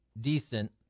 decent